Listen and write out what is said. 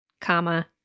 comma